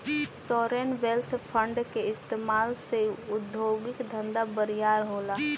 sovereign wealth fund के इस्तमाल से उद्योगिक धंधा बरियार होला